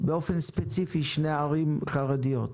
באופן ספציפי שתי ערים חרדיות?